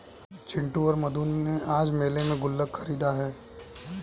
चिंटू और मधु ने आज मेले में गुल्लक खरीदा है